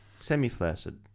Semi-flaccid